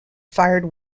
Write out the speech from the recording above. fired